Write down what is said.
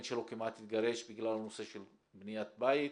שלו כמעט התגרש בגלל הנושא של בניית בית,